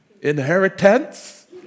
Inheritance